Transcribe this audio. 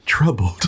Troubled